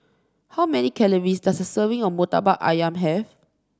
how many calories does a serving of murtabak ayam have